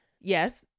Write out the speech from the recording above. Yes